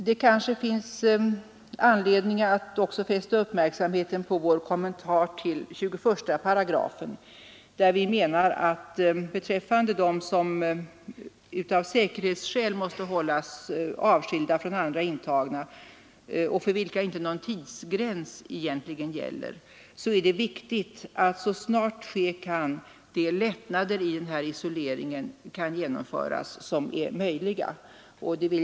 Det finns kanske anledning att också fästa uppmärksamheten på vår kommentar till 21 §, där vi beträffande dem som av säkerhetsskäl måste hållas avskilda från andra intagna och för vilka inte någon egentlig tidsgräns gäller menar att det är viktigt att de lättnader i isoleringen som är möjliga kan genomföras så snart ske kan.